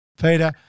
Peter